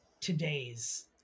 today's